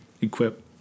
equip